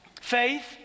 Faith